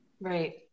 Right